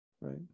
right